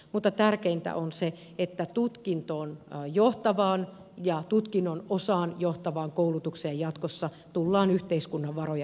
mutta tärkeintä on se että tutkintoon johtavaan ja tutkinnon osaan johtavaan koulutukseen jatkossa tullaan yhteiskunnan varoja käyttämään